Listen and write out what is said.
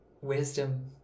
wisdom